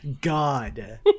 god